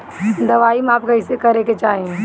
दवाई माप कैसे करेके चाही?